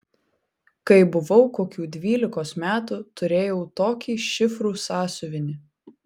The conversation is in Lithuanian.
kai buvau kokių dvylikos metų turėjau tokį šifrų sąsiuvinį